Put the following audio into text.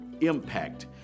impact